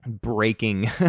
breaking